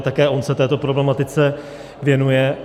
Také on se této problematice věnuje.